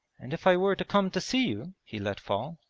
and if i were to come to see you he let fall.